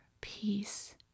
peace